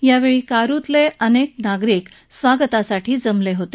यावेळी कारुतले अनेक नागरीक स्वागतासाठी जमले होते